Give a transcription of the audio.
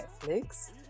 Netflix